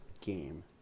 game